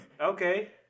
okay